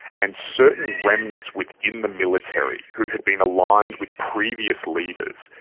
and certain remnants within the military who had been aligned with previous leaders,